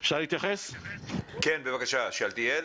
שאלתיאל